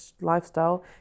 lifestyle